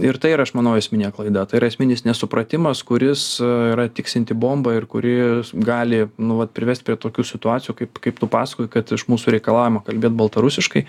ir tai ir aš manau esminė klaida tai yra esminis nesupratimas kuris yra tiksinti bomba ir kuri gali nu vat privest prie tokių situacijų kaip kaip tu pasakojai kad iš mūsų reikalaujama kalbėt baltarusiškai